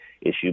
issue